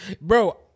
Bro